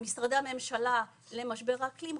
משרדי הממשלה למשבר האקלים,